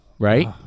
Right